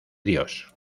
dios